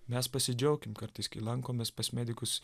mes pasidžiaukim kartais kai lankomės pas medikus